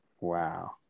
Wow